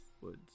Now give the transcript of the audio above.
woods